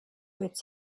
would